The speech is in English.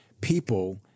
people